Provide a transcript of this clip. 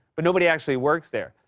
but nobody actually works there.